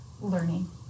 learning